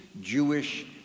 Jewish